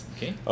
Okay